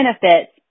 benefits